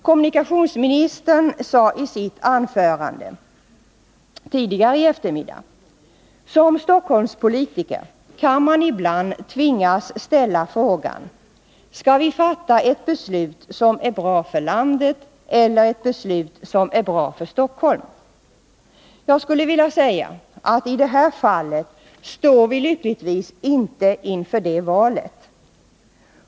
Kommunikationsministern sade i sitt anförande tidigare i dag: Som Stockholmspolitiker kan man ibland tvingas ställa frågan: Skall vi fatta ett beslut som är bra för landet eller ett beslut som är bra för Stockholm? Jag skulle vilja säga att vi i det här fallet lyckligtvis inte står inför det valet.